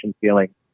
feeling